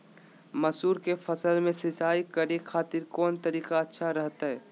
मसूर के फसल में सिंचाई करे खातिर कौन तरीका अच्छा रहतय?